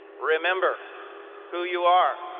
remember who you are.